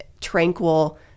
tranquil